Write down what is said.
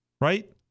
right